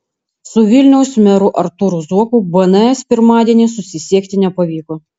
su vilniaus meru artūru zuoku bns pirmadienį susisiekti nepavyko